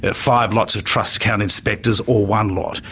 but five lots of trust account inspectors or one lot?